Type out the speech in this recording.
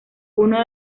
uno